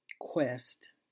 quest